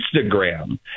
Instagram